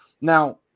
Now